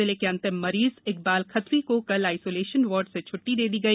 जिले के अंतिम मरीज इकबाल खत्री को कल आइसोलेशन वार्ड से छट्टी दे दी गई